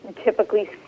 typically